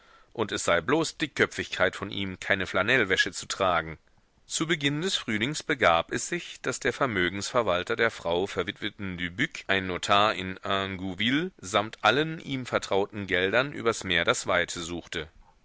und es sei bloß dickköpfigkeit von ihm keine flanellwäsche zu tragen zu beginn des frühlings begab es sich daß der vermögensverwalter der frau verwitweten dubuc ein notar in ingouville samt allen ihm anvertrauten geldern übers meer das weite suchte